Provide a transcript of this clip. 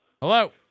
Hello